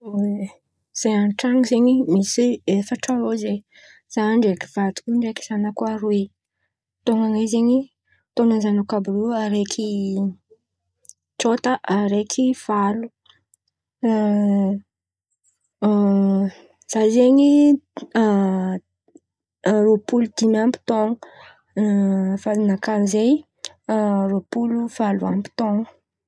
Zahay an-tran̈o zen̈y misy efatra eo zen̈y, zah ndraiky vadiko ndraiky zanako aroe. Taon̈an̈ay zen̈y, taon̈any zanako àby rô araiky tsôta, araiky valo, zah zen̈y rôpolo dimiamby taon̈o fa ninaka amizay roapolo valoamby taon̈o.